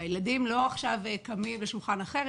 והילדים לא קמים לשולחן אחר.